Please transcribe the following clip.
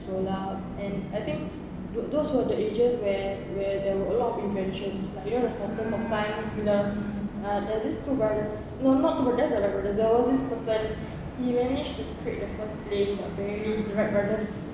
rolab and I think those were the ages where where there were a lot of inventions like you know the sultans of science bila there's this two brothers